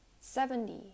seventy